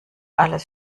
alles